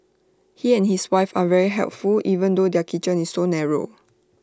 he and his wife are very helpful even though their kitchen is so narrow